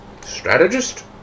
Strategist